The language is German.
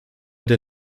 der